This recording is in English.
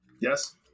Yes